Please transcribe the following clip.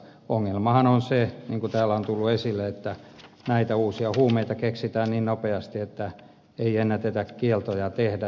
ongelmahan on se niin kuin täällä on tullut esille että näitä uusia huumeita keksitään niin nopeasti että ei ennätetä kieltoja tehdä